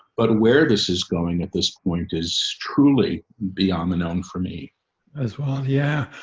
but where this is going at this point is truly beyond the known for me as well. yeah,